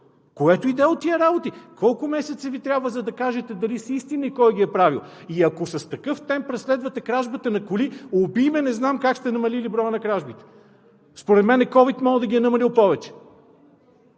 Което и да е от тези работи, колко месеца Ви трябват, за да кажете дали са истина и кой ги е правил? И ако с такъв темп преследвате кражбата на коли, убий ме, не знам как сте намалили броя на кражбите!? Според мен ковид може да ги е намалил повече.